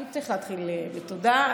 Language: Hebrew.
כי צריך להתחיל בתודה.